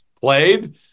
played